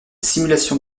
simulation